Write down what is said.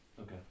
Okay